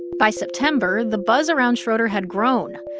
by september, the buzz around schroeder had grown.